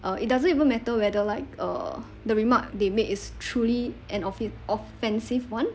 uh it doesn't even matter whether like uh the remark they made is truly an offi~ offensive one